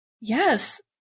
Yes